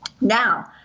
now